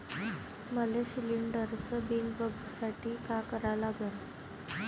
मले शिलिंडरचं बिल बघसाठी का करा लागन?